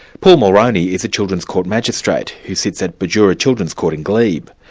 paul mulroney is a children's court magistrate who sits at bidura children's court in glebe.